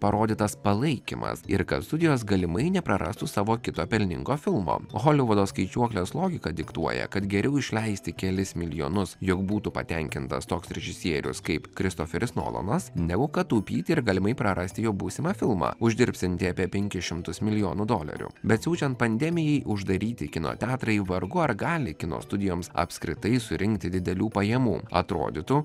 parodytas palaikymas ir kad studijos galimai neprarastų savo kito pelningo filmo holivudo skaičiuoklės logika diktuoja kad geriau išleisti kelis milijonus jog būtų patenkintas toks režisierius kaip kristoferis nolonas negu kad taupyti ir galimai prarasti jo būsimą filmą uždirbsiantį apie penkis šimtus milijonų dolerių bet siaučiant pandemijai uždaryti kino teatrai vargu ar gali kino studijoms apskritai surinkti didelių pajamų atrodytų